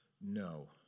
No